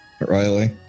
Riley